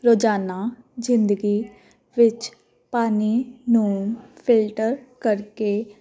ਰੋਜ਼ਾਨਾ ਜਿੰਦਗੀ ਵਿੱਚ ਪਾਣੀ ਨੂੰ ਫਿਲਟਰ ਕਰਕੇ